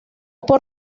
por